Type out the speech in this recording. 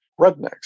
rednecks